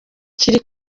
kiri